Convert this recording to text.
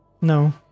no